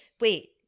wait